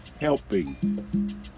helping